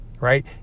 right